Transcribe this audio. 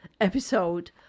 episode